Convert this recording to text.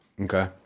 Okay